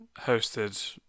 hosted